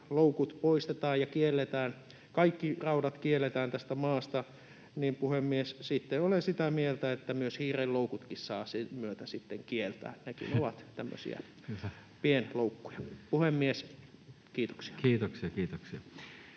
ja kielletään — kaikki raudat kielletään tässä maassa — niin, puhemies, sitten olen sitä mieltä, että hiirenloukutkin saa sen myötä kieltää. Nekin ovat tämmöisiä pienloukkuja. — Puhemies, kiitoksia. [Speech